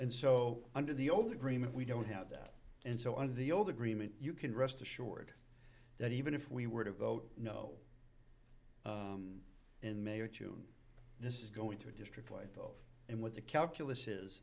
and so under the old agreement we don't have that and so under the old agreement you can rest assured that even if we were to vote no in may or june this is going to a district wife of and what the calculus is